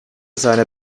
seine